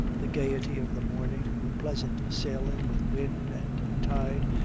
the gayety of the morning, the pleasant sailing with wind and tide,